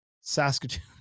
Saskatoon